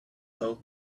out